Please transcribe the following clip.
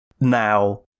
now